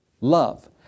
Love